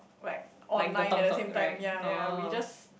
like online at the same time ya ya we just